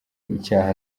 icyaha